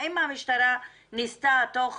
האם המשטרה ניסתה תוך